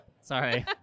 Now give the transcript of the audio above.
Sorry